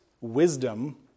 wisdom